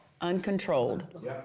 uncontrolled